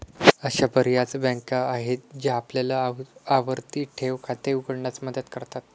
अशा बर्याच बँका आहेत ज्या आपल्याला आवर्ती ठेव खाते उघडण्यास मदत करतात